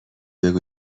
بگو